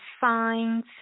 signs